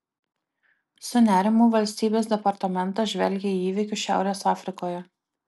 su nerimu valstybės departamentas žvelgia į įvykius šiaurės afrikoje